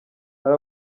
hari